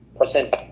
Percent